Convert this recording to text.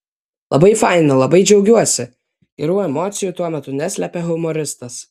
labai faina labai džiaugiuosi gerų emocijų tuo metu neslėpė humoristas